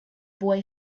boy